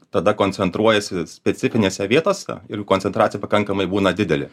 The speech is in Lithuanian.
tada koncentruojasi specifinėse vietose ir koncentracija pakankamai būna didelė